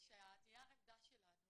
נייר העמדה שלנו